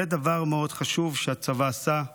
זה דבר חשוב מאוד שהצבא עשה.